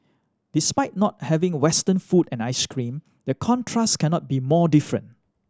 despite not having Western food and ice cream the contrast cannot be more different